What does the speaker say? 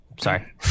Sorry